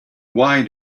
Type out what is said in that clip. why